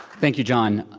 thank you, john.